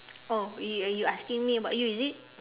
oh you you you asking me about you is it